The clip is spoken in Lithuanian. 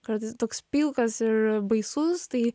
kartais toks pilkas ir baisus tai